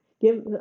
give